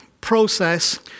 process